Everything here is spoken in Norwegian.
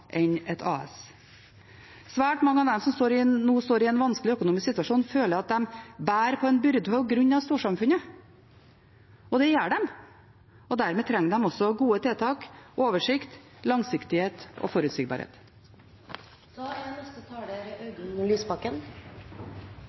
enn et AS. Svært mange av dem som nå står i en vanskelig økonomisk situasjon, føler at de bærer på en byrde på grunn av storsamfunnet, og det gjør de. Dermed trenger de også gode tiltak, oversikt, langsiktighet og forutsigbarhet. Det er